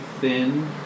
thin